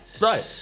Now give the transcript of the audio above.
Right